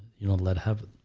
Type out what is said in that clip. you don't let her have